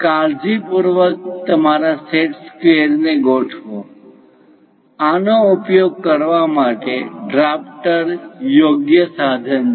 કાળજીપૂર્વક તમારા set square ને ગોઠવો આનો ઉપયોગ કરવા માટે ડ્રાફ્ટર એ યોગ્ય સાધન છે